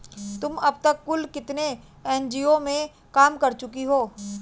तुम अब तक कुल कितने एन.जी.ओ में काम कर चुकी हो?